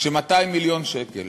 כש-200 מיליון שקל